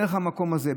דרך המקום הזה,